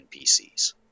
NPCs